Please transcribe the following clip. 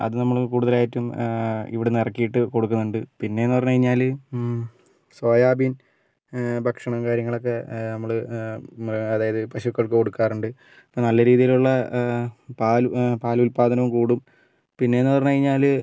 അത് നമ്മൾ കൂടുതലായിട്ടും ഇവിടുന്ന് ഇറക്കിയിട്ട് കൊടുക്കുന്നുണ്ട് പിന്നെ എന്ന് പറഞ്ഞു കഴിഞ്ഞാൽ സോയാബീൻ ഭക്ഷണ കാര്യങ്ങളൊക്കെ നമ്മൾ അതായത് പശുക്കൾക്ക് കൊടുക്കാറുണ്ട് ഇപ്പം നല്ല രീതിയിലുള്ള പാലു പാൽ ഉൽപാദനവും കൂടും പിന്നെ എന്ന് പറഞ്ഞു കഴിഞ്ഞാൽ